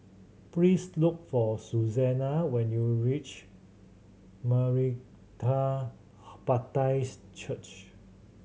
please look for Susana when you reach Maranatha Baptist Church